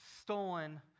stolen